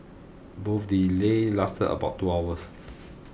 both delays lasted about two hours